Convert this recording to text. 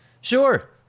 sure